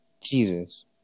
Jesus